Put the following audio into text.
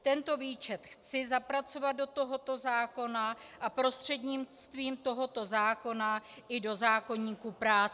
Tento výčet chci zapracovat do tohoto zákona a prostřednictvím tohoto zákona i do zákoníku práce.